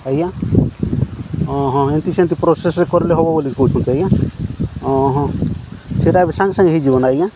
ଆଜ୍ଞା ହଁ ହଁ ଏମିତି ସେମିତି ପ୍ରୋସେସ୍ରେ କରିଲେ ହେବ ବୋଲି କହୁଛନ୍ତି ଆଜ୍ଞା ହଁ ହଁ ସେଇଟା ଏବେ ସାଙ୍ଗେ ସାଙ୍ଗେ ହୋଇଯିବ ନା ଆଜ୍ଞା